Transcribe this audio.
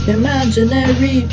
imaginary